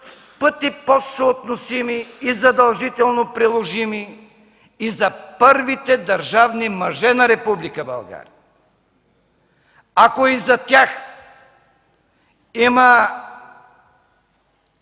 в пъти по-съотносими и задължително приложими и за първите държавни мъже на Република България! Ако и за тях има